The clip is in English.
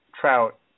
Trout